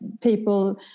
people